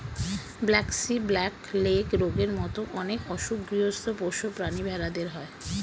braxy, black leg রোগের মত অনেক অসুখ গৃহস্ত পোষ্য প্রাণী ভেড়াদের হয়